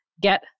get